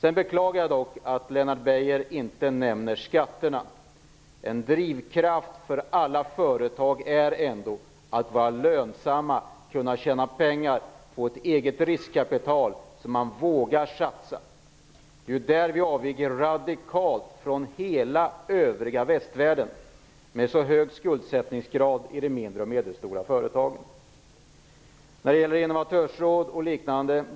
Jag beklagar att Lennart Beijer inte nämnde skatterna. En drivkraft för alla företag är ändock att vara lönsamma, att kunna tjäna pengar och få ett eget riskkapital som man vågar satsa. Vi avviker radikalt från hela den övriga västvärlden med så hög skuldsättningsgrad i de mindre och medelstora företagen. När det gäller innovatörsråd o.dyl.